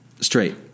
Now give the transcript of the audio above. Straight